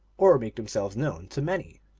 or make themselves known to many.